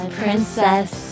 princess